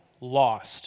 lost